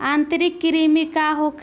आंतरिक कृमि का होखे?